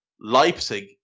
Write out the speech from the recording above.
Leipzig